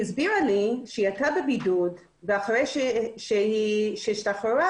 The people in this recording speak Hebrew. היא הסבירה לי שהיא הייתה בבידוד ואחרי שהיא השתחררה